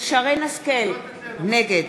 שרן השכל, נגד